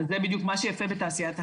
זה בדיוק מה שיפה בתעשיית ההייטק,